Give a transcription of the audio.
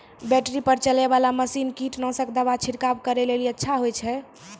Battery पर चलै वाला मसीन कीटनासक दवा छिड़काव करै लेली अच्छा होय छै?